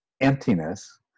emptiness